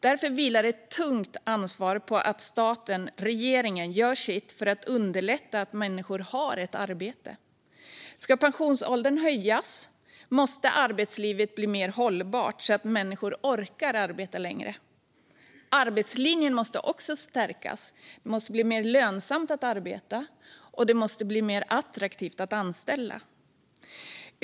Därför vilar ett tungt ansvar på staten, regeringen. De har ett tungt ansvar att göra sitt för att människor ska ha ett arbete. Ska pensionsåldern höjas måste arbetslivet bli mer hållbart, så att människor orkar arbeta längre. Arbetslinjen måste också stärkas. Det måste bli mer lönsamt att arbeta, och det måste bli mer attraktivt att anställa.